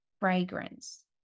fragrance